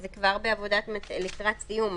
זה כבר בעבודת מטה לקראת סיום,